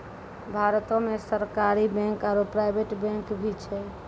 भारतो मे सरकारी बैंक आरो प्राइवेट बैंक भी छै